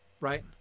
right